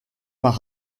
par